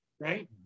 right